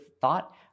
thought